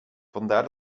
vandaar